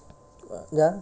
ya